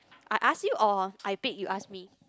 I ask you or I pick you ask me